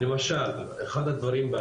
למשל אחד הדברים,